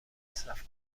مصرف